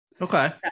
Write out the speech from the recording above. Okay